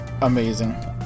amazing